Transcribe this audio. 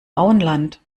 auenland